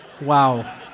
Wow